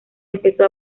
empezó